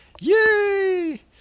Yay